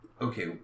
okay